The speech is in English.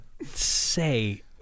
say